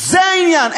זה לא העניין.